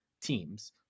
teams